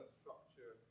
structure